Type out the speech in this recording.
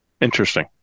Interesting